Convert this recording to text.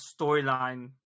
storyline